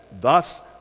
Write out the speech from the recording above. Thus